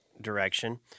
direction